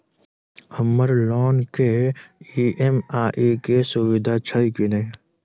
हम्मर लोन केँ ई.एम.आई केँ सुविधा छैय की नै?